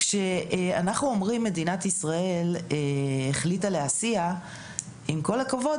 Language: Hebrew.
כשאנחנו אומרים שמדינת ישראל החליטה להסיע - עם כל הכבוד,